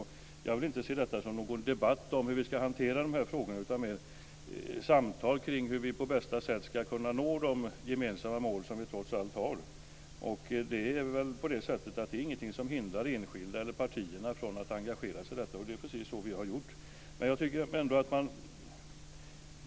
Och jag vill inte se detta som någon debatt om hur vi ska hantera dessa frågor utan mer som ett samtal kring hur vi på bästa sätt ska kunna nå de gemensamma mål som vi trots allt har. Det är väl på det sättet att det inte är någonting som hindrar enskilda eller partierna från att engagera sig i detta. Det är precis det vi har gjort.